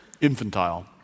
infantile